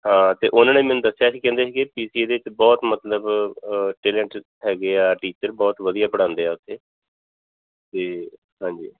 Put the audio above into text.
ਹਾਂ ਅਤੇ ਉਹਨਾਂ ਨੇ ਮੈਨੂੰ ਦੱਸਿਆ ਸੀ ਕਹਿੰਦੇ ਸੀਗੇ ਪੀ ਸੀ ਏ ਦੇ ਵਿੱਚ ਬਹੁਤ ਮਤਲਬ ਟੈਲੈਂਟਡ ਹੈਗੇ ਆ ਟੀਚਰ ਬਹੁਤ ਵਧੀਆ ਪੜਾਉਂਦੇ ਆ ਉੱਥੇ ਅਤੇ ਹਾਂਜੀ